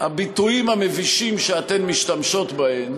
הביטויים המבישים שאתן משתמשות בהם